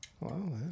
Wow